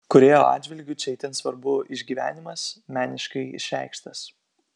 kūrėjo atžvilgiu čia itin svarbu išgyvenimas meniškai išreikštas